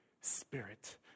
Spirit